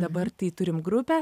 dabar tai turim grupę